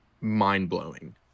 mind-blowing